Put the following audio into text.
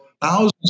thousands